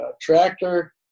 tractor